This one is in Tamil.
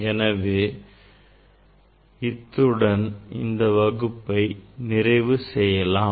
எனவே இத்துடன் இந்த வகுப்பை நிறைவு செய்யலாம்